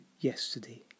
yesterday